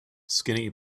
skinny